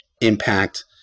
impact